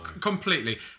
completely